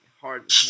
hard